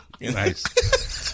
Nice